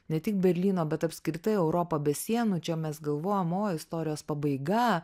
ne tik berlyno bet apskritai europa be sienų čia mes galvojom o istorijos pabaiga